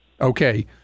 Okay